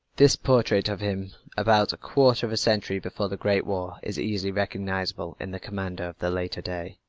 this portrait of him about a quarter of a century before the great war is easily recognizable in the commander of the later day.